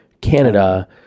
Canada